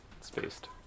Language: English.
spaced